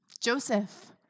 Joseph